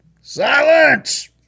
Silence